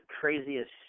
craziest